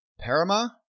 Parama